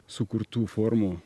sukurtų formų